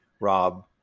Rob